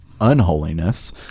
unholiness